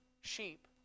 sheep